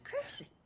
crazy